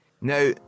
Now